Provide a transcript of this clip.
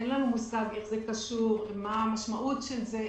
אין לנו מושג איך זה קשור ומה המשמעות של זה.